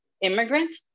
immigrant